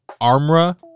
Armra